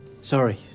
sorry